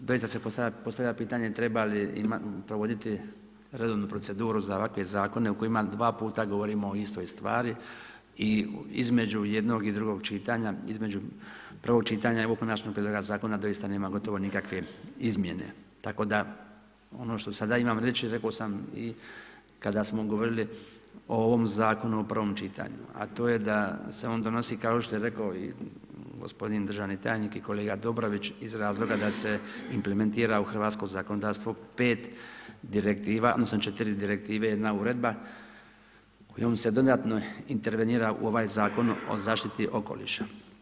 Doista se postavlja pitanje treba li provoditi redovnu proceduru za ovakve zakone u kojima dva puta govorimo o istoj stvari i između jednog i drugog čitanja, između prvog čitanja i ovog Konačnog prijedloga zakona doista nema nikakve izmjene, tako da ono što sada imam reći rekao sam i kada smo govorili o ovom zakonu u prvom čitanju, a to je da se on donosi kao što je rekao i gospodin državni tajnik i kolega Dobrović iz razloga da se implementira u hrvatsko zakonodavstvo 5 direktiva, odnosno 4 direktive jedna uredba kojom se dodatno intervenira u ovaj Zakon o zaštiti okoliša.